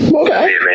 Okay